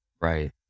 Right